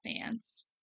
fans